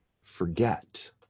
forget